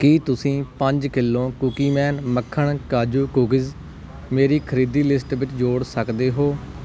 ਕੀ ਤੁਸੀਂ ਪੰਜ ਕਿੱਲੋ ਕੂਕੀਮੈਨ ਮੱਖਣ ਕਾਜੂ ਕੂਕੀਜ਼ ਮੇਰੀ ਖਰੀਦੀ ਲਿਸਟ ਵਿੱਚ ਜੋੜ ਸਕਦੇ ਹੋ